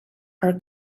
are